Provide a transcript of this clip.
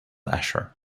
asher